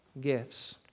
Gifts